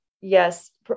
yes